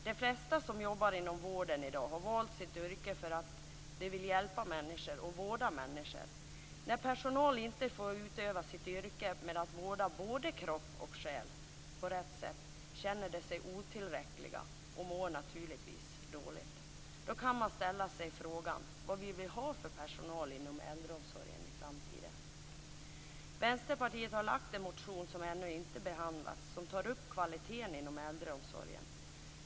De flesta som jobbar inom vården i dag har valt sitt yrke för att de vill hjälpa och vårda människor. När personal inte får utöva sitt yrke och vårda både kropp och själ på rätt sätt känner de sig otillräckliga och mår naturligtvis dåligt. Då kan man ställa sig frågan vad vi vill ha för personal inom äldreomsorgen i framtiden. Vänsterpartiet har lagt fram en motion som ännu inte behandlats som tar upp kvaliteten inom äldreomsorgen.